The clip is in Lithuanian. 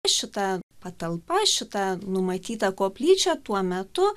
šita patalpa šita numatyta koplyčia tuo metu